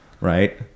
Right